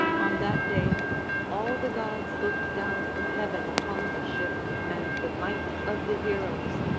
on that day all the gods looked down from heaven upon the ship and the might of the heroes,